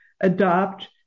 adopt